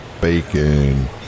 bacon